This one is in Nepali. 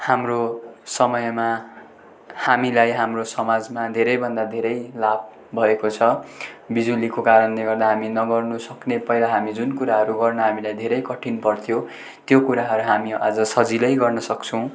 हाम्रो समयमा हामीलाई हाम्रो समाजमा धेरैभन्दा धेरै लाभ भएको छ बिजुलीको कारणले गर्दा हामी नगर्नु सक्ने पहिला हामी जुन कुराहरू गर्न हामीलाई धेरै कठिन पर्थ्यो त्यो कुराहरू हामी आज सजिलै गर्न सक्छौँ